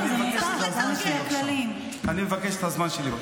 אני מבקש את הזמן שלי.